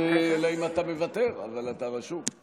חברת הכנסת שטרית, למה אתה לא מגנה את זה?